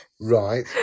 Right